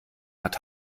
hat